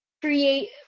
create